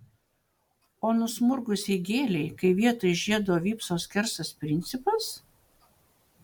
o nusmurgusiai gėlei kai vietoj žiedo vypso skersas principas